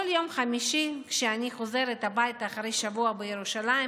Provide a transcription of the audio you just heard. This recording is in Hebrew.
כל יום חמישי כשאני חוזרת הביתה אחרי שבוע בירושלים,